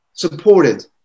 supported